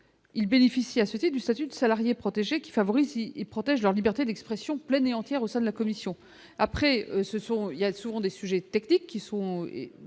il bénéficie associé du statut de salarié protégé qui favorise et protège leur liberté d'expression pleine et entière au sein de la commission après ce sont il y a souvent des sujets techniques qui sont,